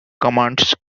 commands